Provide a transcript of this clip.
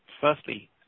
Firstly